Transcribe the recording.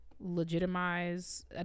legitimize